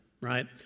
Right